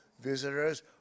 visitors